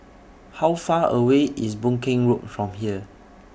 How Far away IS Boon Keng Road from here